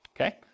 okay